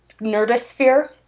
nerdosphere